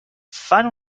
fan